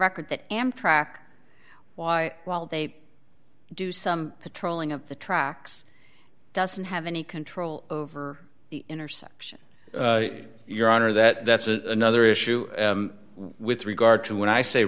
record that amtrak why while they do some patrolling of the tracks doesn't have any control over the intersection your honor that that's another issue with regard to when i say